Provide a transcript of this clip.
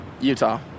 Utah